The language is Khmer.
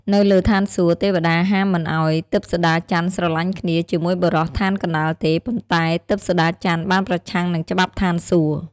នៅលើឋានសួគ៌ ទេវតាហាមមិនឲ្យទិព្វសូដាច័ន្ទ ស្រឡាញ់គ្នា ជាមួយបុរសឋានកណ្ដាលទេ ប៉ុន្ដែ ទិព្វសូដាច័ន្ទ បានប្រឆាំងនឹងច្បាប់ឋានសួគ៌។